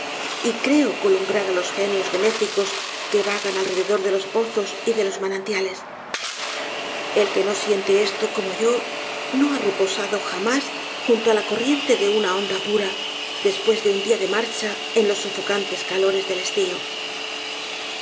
y creo columbrar á los genios benéficos que vagan alrededor délos pozos y de los manantiales el que no siente esto como yo no ha reposado jamás junto á la corriente de una onda pura después de un día de marcha en los sofocantes calores del estío